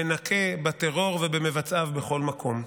ונכה בטרור ובמבצעיו בכל מקום.